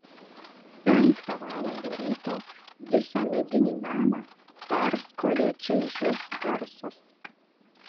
penktą valandą ryto visą medinį namą perskrodė čaižus garsas